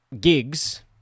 gigs